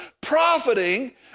profiting